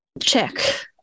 check